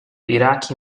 iraqi